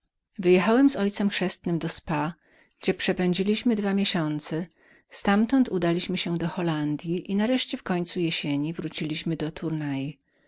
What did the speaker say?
wyjechałem z moim ojcem chrzestnym do spa gdzie przepędziliśmy dwa miesiące ztamtąd udaliśmy się do hollandyi i nareszcie w końcu jesieni wróciliśmy do turnak